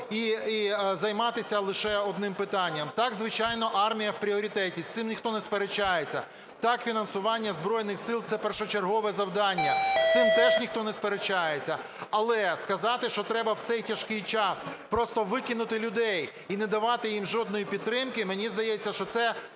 і займатися лише одним питанням. Так, звичайно, армія в пріоритеті, з цим ніхто не сперечається. Так, фінансування Збройних Сил - це першочергове завдання, з цим теж ніхто не сперечається. Але сказати, що треба в цей тяжкий час просто викинути людей і не давати їм жодної підтримки, мені здається, що це